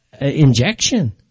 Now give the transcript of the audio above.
injection